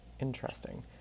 Interesting